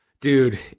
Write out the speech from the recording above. dude